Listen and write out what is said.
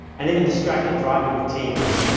and even distracted driving with teens.